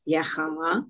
Yahama